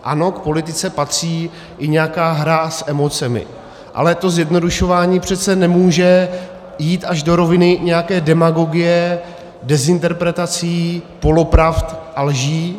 Ano, k politice patří i nějaká hra s emocemi, ale to zjednodušování přece nemůže jít až do roviny nějaká demagogie, dezinterpretací, polopravd a lží.